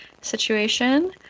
situation